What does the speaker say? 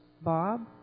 Bob